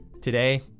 Today